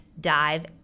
dive